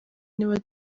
niba